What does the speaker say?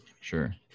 Sure